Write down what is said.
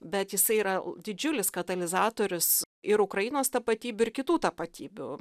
bet jisai yra didžiulis katalizatorius ir ukrainos tapatybių ir kitų tapatybių